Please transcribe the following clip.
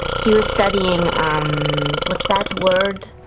he was studying what's that word?